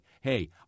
Hey